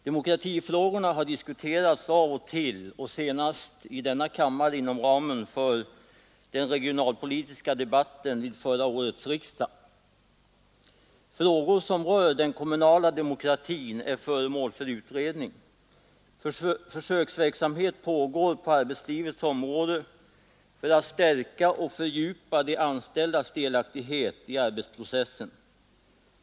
Demokratifrågorna har diskuterats av och till och senast i denna kammare inom ramen för den regionalpolitiska debatten vid förra årets riksdag. Frågor som rör den kommunala demokratin är föremål för utredning. Försöksverksamhet pågår på arbetslivets område för att stärka och fördjupa de anställdas delaktighet i arbetsprocessen.